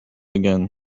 again